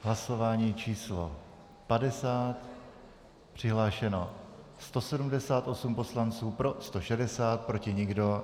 V hlasování číslo 50 přihlášeno 178 poslanců, pro 160, proti nikdo.